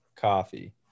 coffee